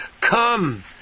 come